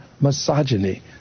misogyny